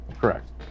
Correct